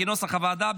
כנוסח הוועדה,